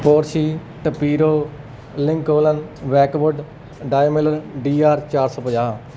ਹੋਰ ਸੀ ਟਪੀਰੋ ਲਿੰਕ ਓਲਨ ਬੈਕਵਡ ਡਾਇਮਿਲਰ ਡੀਆਰ ਚਾਰ ਸੋ ਪੰਜਾਹ